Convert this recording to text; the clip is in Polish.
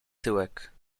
tyłek